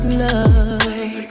love